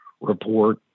report